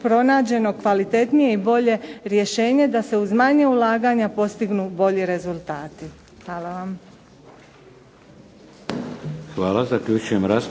pronađeno kvalitetnije i bolje rješenje da se uz manje ulaganja postignu bolji rezultati. Hvala vam.